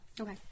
Okay